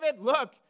look